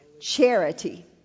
charity